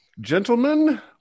Gentlemen